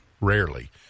rarely